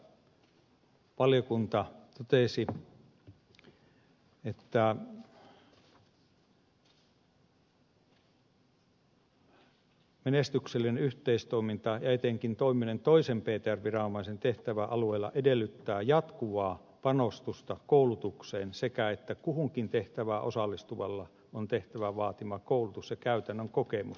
koulutuksesta valiokunta totesi että menestyksellinen yhteistoiminta ja etenkin toimiminen toisen ptr viranomaisen tehtäväalueella edellyttävät jatkuvaa panostusta koulutukseen sekä sitä että kuhunkin tehtävään osallistuvalla on tehtävän vaatima koulutus ja käytännön kokemus